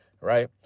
right